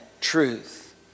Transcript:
truth